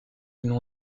nom